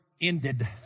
ended